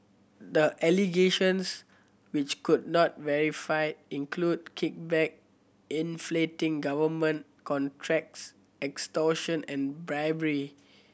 the allegations which could not verified include kickback inflating government contracts extortion and bribery